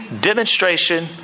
demonstration